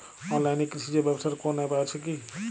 অনলাইনে কৃষিজ ব্যবসার কোন আ্যপ আছে কি?